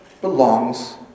belongs